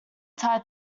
tied